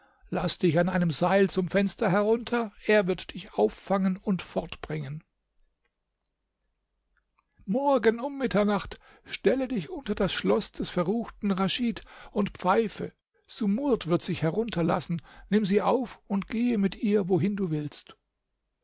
laß dich an einem seil zum fenster herunter er wird dich auffangen und fortbringen hierauf ging die alte zu ali schir und sagte ihm morgen um mitternacht stelle dich unter das schloß des verruchten raschid und pfeife sumurd wird sich herunterlassen nimm sie auf und gehe mit ihr wohin du willst